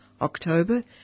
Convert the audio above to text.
October